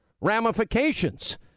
ramifications